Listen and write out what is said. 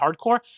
hardcore